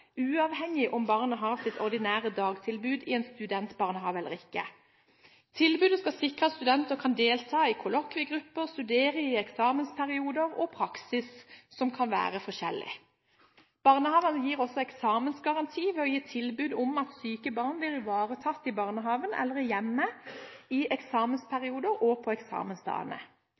uavhengig av om barnet har sitt ordinære dagtilbud i en studentbarnehage. Tilbudet skal sikre at studenter kan delta i kollokviegrupper, studere i eksamensperioder og få praksis, som kan være forskjellig. Barnehagene gir også eksamensgaranti ved å gi tilbud om at syke barn blir ivaretatt i barnehagen eller i hjemmet i eksamensperioder og på eksamensdagene.